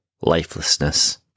lifelessness